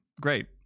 Great